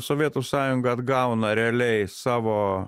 sovietų sąjunga atgauna realiai savo